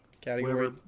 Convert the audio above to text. category